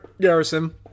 Garrison